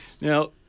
now